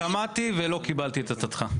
שמעתי ולא קיבלתי את הצעתך.